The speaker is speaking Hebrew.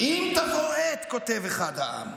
"אם תבוא עת", כותב אחד העם,